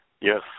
Yes